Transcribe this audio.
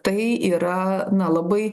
tai yra na labai